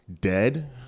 dead